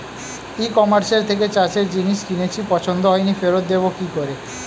ই কমার্সের থেকে চাষের জিনিস কিনেছি পছন্দ হয়নি ফেরত দেব কী করে?